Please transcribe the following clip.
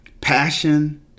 passion